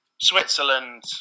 Switzerland